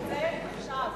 דמות סמכותית ורצינית מאוד.